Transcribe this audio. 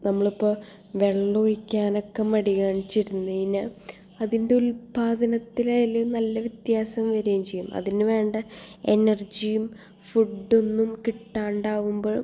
നമ്മളിപ്പോൾ വെള്ളം ഒഴിക്കാനൊക്കെ മടി കാണിച്ചിരുന്നഴിഞ്ഞാൽ അതിൻ്റെ ഉൽപാദനത്തിൽ അതിൽ നല്ല വ്യത്യാസം വരുകയും ചെയ്യും അതിന് വേണ്ട എനർജിയും ഫുഡൊന്നും കിട്ടാണ്ടാവുമ്പോൾ